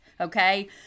okay